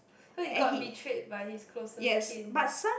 so he got betrayed by his closest kin